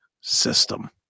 system